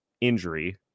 injury